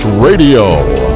Radio